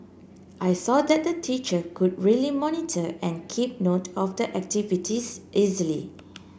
I saw that the teacher could really monitor and keep note of the activities easily